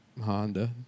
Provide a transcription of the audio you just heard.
Honda